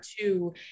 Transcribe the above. two